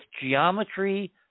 geometry